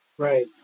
Right